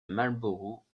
marlborough